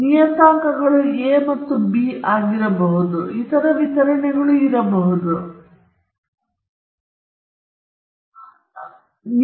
ನಿಯತಾಂಕಗಳು a ಮತ್ತು b ಆಗಿರಬಹುದು ಅಲ್ಲಿ ಇತರ ವಿತರಣೆಗಳು ಇರಬಹುದು ಉದಾಹರಣೆಗೆ ನೀವು ಸರಾಸರಿ ಮತ್ತು ಪ್ರಮಾಣಿತ ವಿಚಲನ ಪಡೆಯಲು ಗಣಿತವಾಗಿ ಈ ನಿಯತಾಂಕಗಳನ್ನು ಕುಶಲತೆಯಿಂದ ಮಾಡಬೇಕು